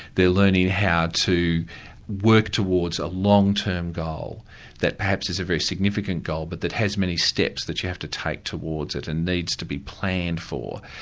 they're learning how to work towards a long term goal that perhaps is a very significant goal but that has many steps that you have to take towards it and needs to be planned for.